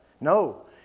No